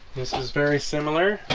this is very similar